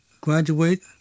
graduate